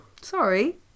Sorry